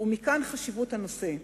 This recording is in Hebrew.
ומכאן חשיבות הנושא מבחינתי.